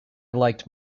liked